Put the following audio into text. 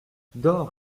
dors